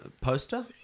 poster